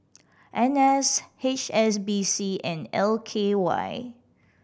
N S H S B C and L K Y